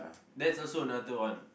that's also another one